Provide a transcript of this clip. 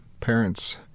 parents